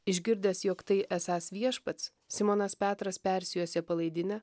išgirdęs jog tai esąs viešpats simonas petras persijuosė palaidinę